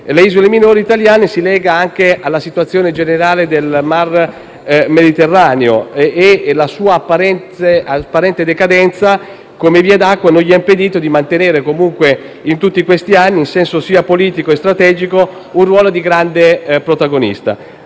le isole minori italiane si lega anche alla situazione generale del mar Mediterraneo. La sua apparente decadenza come via d'acqua non gli ha impedito di mantenere comunque, in tutti questi anni, in senso sia politico che strategico, un ruolo di grande protagonista.